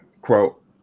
quote